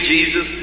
Jesus